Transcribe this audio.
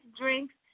drinks